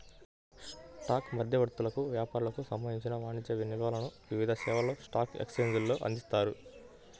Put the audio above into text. stock మధ్యవర్తులకు, వ్యాపారులకు సంబంధించిన వాణిజ్య నిల్వలకు వివిధ సేవలను స్టాక్ ఎక్స్చేంజ్లు అందిస్తాయి